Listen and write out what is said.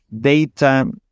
data